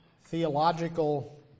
theological